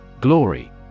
Glory